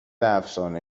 افسانه